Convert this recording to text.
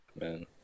Man